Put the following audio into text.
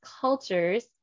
cultures